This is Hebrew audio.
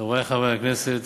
חברי חברי הכנסת,